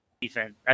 defense